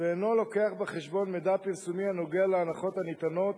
ואינו מביא בחשבון מידע פרסומי הנוגע להנחות הניתנות